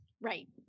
Right